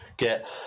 get